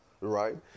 Right